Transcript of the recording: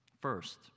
First